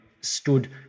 stood